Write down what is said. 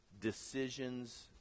decisions